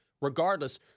Regardless